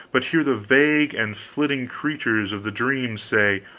but hear the vague and flitting creatures of the dreams say,